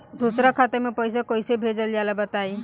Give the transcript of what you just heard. दोसरा खाता में पईसा कइसे भेजल जाला बताई?